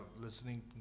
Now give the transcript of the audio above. listening